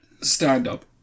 stand-up